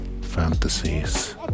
fantasies